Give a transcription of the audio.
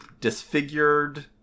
disfigured